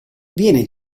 viene